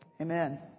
Amen